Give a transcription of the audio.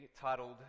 titled